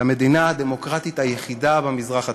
למדינה הדמוקרטית היחידה במזרח התיכון,